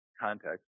context